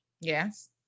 yes